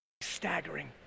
staggering